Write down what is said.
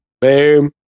Boom